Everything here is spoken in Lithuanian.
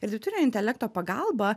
ir dirbtinio intelekto pagalba